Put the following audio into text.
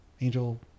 Angel